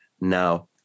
Now